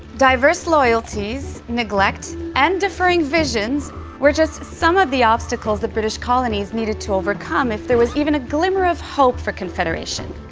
diverse loyalties, neglect and differing visions were just some of the obstacles the british colonies needed to overcome if there was even a glimmer of hope for confederation.